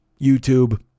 YouTube